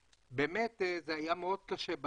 באמת בהתחלה זה היה מאוד קשה.